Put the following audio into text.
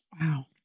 Wow